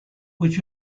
which